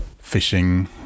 fishing